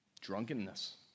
Drunkenness